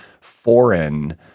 foreign